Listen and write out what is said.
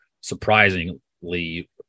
surprisingly